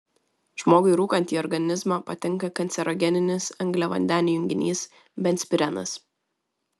žmogui rūkant į organizmą patenka kancerogeninis angliavandenių junginys benzpirenas